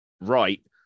right